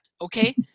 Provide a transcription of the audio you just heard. Okay